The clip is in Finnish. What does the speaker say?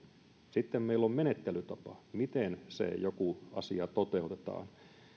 sitten meillä on se menettelytapa miten se joku asia toteutetaan